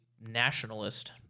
nationalist